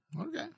Okay